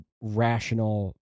rational